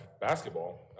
basketball